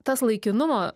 tas laikinumo